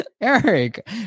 Eric